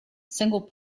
single